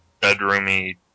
bedroomy